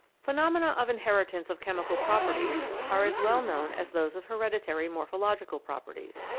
phenomena of inheritance of chemical properties are as well known as those of hereditary mor phological properties.